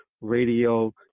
Radio